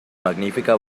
magnífica